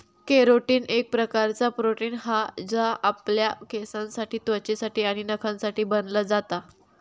carotene एक प्रकारचा protein हा जा आपल्या केसांसाठी त्वचेसाठी आणि नखांसाठी बनला जाता